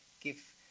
give